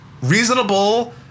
reasonable